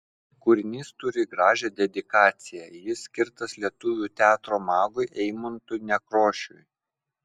kūrinys turi gražią dedikaciją jis skirtas lietuvių teatro magui eimuntui nekrošiui